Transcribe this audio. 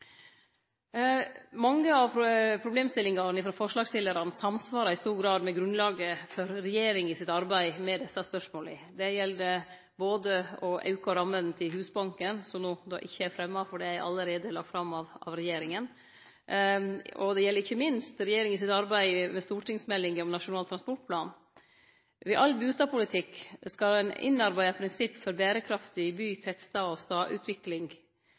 Mange av problemstillingane frå forslagsstillarane samsvarer i stor grad med grunnlaget for regjeringa sitt arbeid med desse spørsmåla. Det gjeld både å auke ramma til Husbanken, eit forslag som no ikkje er fremma, for det er allereie lagt fram av regjeringa, og det gjeld ikkje minst regjeringa sitt arbeid med stortingsmeldinga om Nasjonal transportplan. Ved all bustadpolitikk skal dei innarbeidde prinsippa for berekraftig by-, tettstad- og